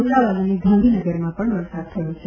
અમદાવાદ અને ગાંધીનગરમાં પણ વરસાદ થયો છે